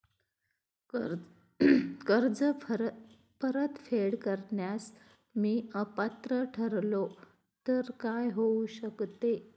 कर्ज परतफेड करण्यास मी अपात्र ठरलो तर काय होऊ शकते?